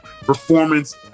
performance